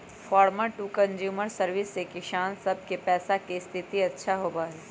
farmer to consumer service से किसान सब के पैसा के स्थिति अच्छा होबा हई